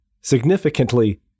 Significantly